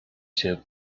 się